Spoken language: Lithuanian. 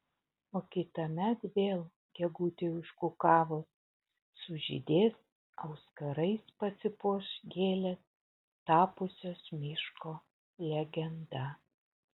o kitąmet vėl gegutei užkukavus sužydės auskarais pasipuoš gėlės tapusios miško legenda